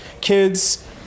kids